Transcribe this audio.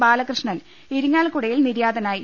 ബാലകൃഷ്ണൻ ഇരിങ്ങാലക്കുടയിൽ നിര്യാ തനായി